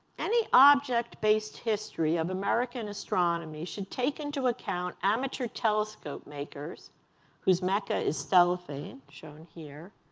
any ah object-based history of american astronomy should take into account amateur telescope makers whose mecca is stellafane, shown here,